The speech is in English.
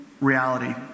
reality